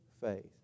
faith